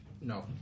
no